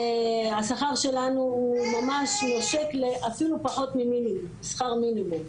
השכר שלנו הוא אפילו פחות משכר מינימום.